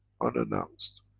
unannounced,